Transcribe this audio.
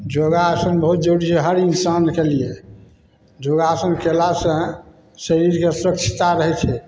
योगासन बहुत जरुरी होइ छै हर इन्सानके लिए योगासन केला से शरीरके स्वक्षता रहै छै